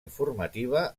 informativa